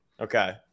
Okay